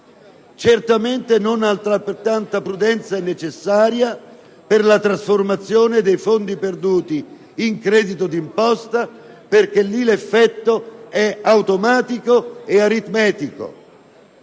caso, non altrettanta prudenza è necessaria per la trasformazione dei fondi perduti in credito d'imposta, perché in quel caso l'effetto è automatico e aritmetico.